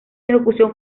ejecución